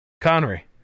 Connery